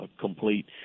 complete